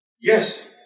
yes